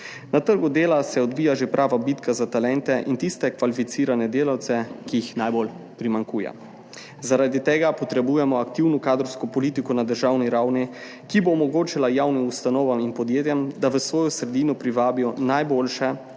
Na trgu dela se odvija že prava bitka za talente in tiste kvalificirane delavce, ki jih najbolj primanjkuje. Zaradi tega potrebujemo aktivno kadrovsko politiko na državni ravni, ki bo omogočila javnim ustanovam in podjetjem, da v svojo sredino privabijo najboljše